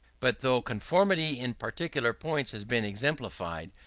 but though conformity in particular points has been exemplified,